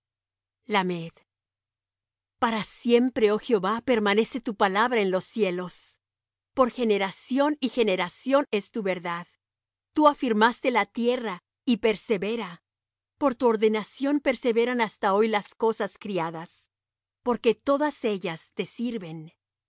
tu boca para siempre oh jehová permenece tu palabra en los cielos por generación y generación es tu verdad tú afirmaste la tierra y persevera por tu ordenación perseveran hasta hoy las cosas criadas porque todas ellas te sirven